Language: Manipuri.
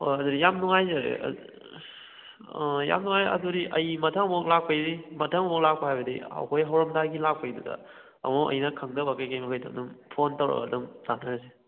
ꯍꯣꯏ ꯑꯗꯨꯗꯤ ꯌꯥꯝ ꯅꯨꯡꯉꯥꯏꯖꯔꯦ ꯌꯥꯝ ꯅꯨꯡꯉꯥꯏ ꯑꯗꯨꯗꯤ ꯑꯩ ꯃꯊꯪ ꯑꯃꯨꯛ ꯂꯥꯛꯄꯩ ꯃꯊꯪ ꯑꯃꯨꯛ ꯂꯥꯛꯄ ꯍꯥꯏꯕꯗꯤ ꯑꯩꯈꯣꯏ ꯍꯧꯔꯝꯗꯥꯏꯒꯤ ꯂꯥꯛꯄꯩꯗꯨꯗ ꯑꯃꯨꯛ ꯑꯩꯅ ꯈꯪꯗꯕꯈꯩ ꯀꯩꯀꯩ ꯃꯈꯩꯗꯣ ꯑꯗꯨꯝ ꯐꯣꯟ ꯇꯧꯔꯒ ꯑꯗꯨꯝ ꯇꯥꯟꯅꯔꯁꯤ